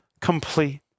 complete